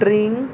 drink